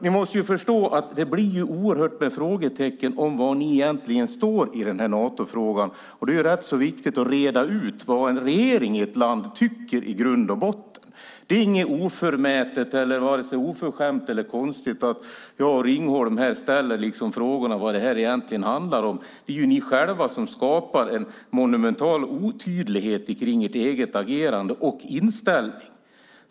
Ni måste förstå att det blir frågetecken om var ni egentligen står i Natofrågan. Det är viktigt att reda ut vad en regering i ett land tycker i grund och botten. Det är inget förmätet, oförskämt eller konstigt att jag och Ringholm ställer frågor om vad det här egentligen handlar om. Det är ni själva som skapar en monumental otydlighet om ert eget agerande och inställning.